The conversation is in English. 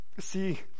See